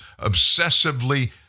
obsessively